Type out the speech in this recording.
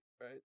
right